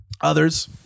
Others